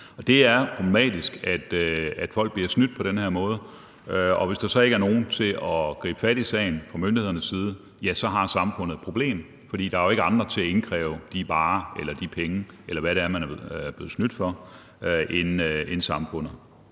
Det er problematisk, at folk bliver snydt på den her måde, og hvis der så ikke er nogen til at gribe fat i sagen fra myndighedernes side, har samfundet et problem, for der er jo ikke andre til at indkræve de varer eller de penge, eller hvad det er, man er blevet snydt for, end samfundet.